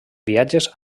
viatges